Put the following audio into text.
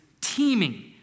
teeming